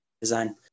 design